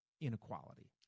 inequality